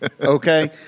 Okay